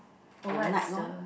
the night one